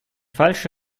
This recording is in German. falsche